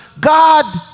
God